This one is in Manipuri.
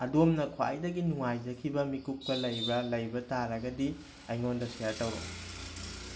ꯑꯗꯣꯝꯅ ꯈ꯭ꯋꯥꯏꯗꯒꯤ ꯅꯨꯡꯉꯥꯏꯖꯈꯤꯕ ꯃꯤꯀꯨꯞꯀ ꯂꯩꯕ꯭ꯔꯥ ꯂꯥꯕ ꯇꯥꯔꯒꯗꯤ ꯑꯩꯉꯣꯟꯗ ꯁꯤꯌꯥꯔ ꯇꯧꯔꯛꯎ